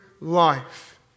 life